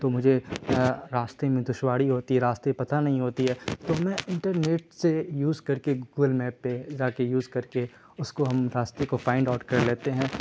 تو مجھے راستے میں دشواری ہوتی ہے راستے پتہ نہیں ہوتی ہے تو میں انٹرنیٹ سے یوز کر کے گوگل میپ پہ زا کے یوز کر کے اس کو ہم راستے کو فائنڈ آؤٹ کر لیتے ہیں